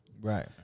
Right